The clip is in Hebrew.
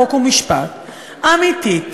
חוק ומשפט אמיתית,